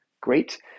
great